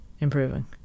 improving